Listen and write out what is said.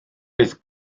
bydd